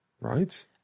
Right